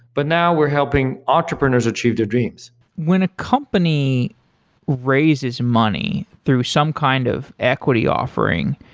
but now we're helping entrepreneurs achieve their dreams when a company raises money through some kind of equity offering,